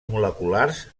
moleculars